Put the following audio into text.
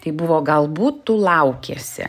tai buvo galbūt tu laukiesi